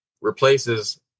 replaces